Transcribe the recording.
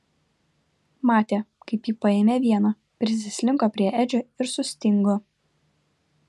matė kaip ji paėmė vieną prisislinko prie edžio ir sustingo